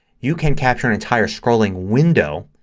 you can capture an entire scrolling window.